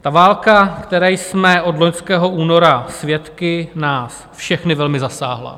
Ta válka, které jsme od loňského února svědky, nás všechny velmi zasáhla.